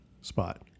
spot